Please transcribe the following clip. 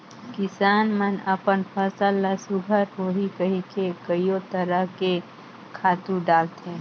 किसान मन अपन फसल ल सुग्घर होही कहिके कयो तरह के खातू डालथे